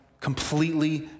Completely